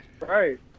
Right